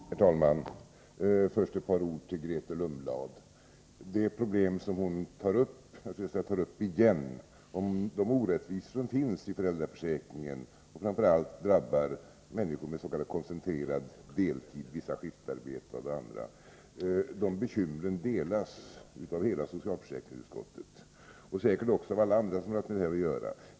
Herr talman! Först ett par ord till Grethe Lundblad. Bekymren för de problem som hon tar upp igen — om de orättvisor som finns i föräldraförsäkringen och som framför allt drabbar människor med s.k. koncentrerad deltid, vissa skiftarbetande och andra — delas av hela socialförsäkringsutskottet och säkerligen också av alla andra som haft med detta att göra.